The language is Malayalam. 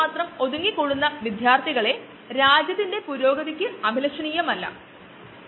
അതുപോലെ സ്റ്റിർഡ് ടാങ്ക് നമുക്ക് നിരന്തരമായ സബ്സ്ട്രേറ്റ് ഇന്പുട് ഉണ്ടാകും